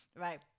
Right